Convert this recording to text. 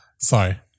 Sorry